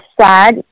sad